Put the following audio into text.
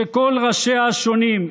שכל ראשיה השונים,